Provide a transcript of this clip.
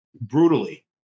brutally